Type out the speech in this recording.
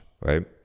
right